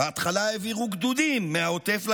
בהתחלה העבירו גדודים מהעוטף לגדה.